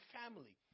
family